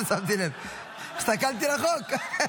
לא שמתי לב, הסתכלתי רחוק.